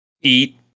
eat